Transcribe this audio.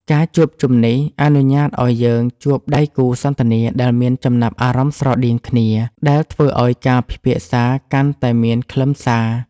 ការជួបជុំនេះអនុញ្ញាតឱ្យយើងជួបដៃគូសន្ទនាដែលមានចំណាប់អារម្មណ៍ស្រដៀងគ្នា ដែលធ្វើឱ្យការពិភាក្សាកាន់តែមានខ្លឹមសារ។